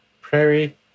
prairie